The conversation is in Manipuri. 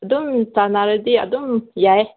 ꯑꯗꯨꯝ ꯆꯥꯟꯅꯔꯗꯤ ꯑꯗꯨꯝ ꯌꯥꯏ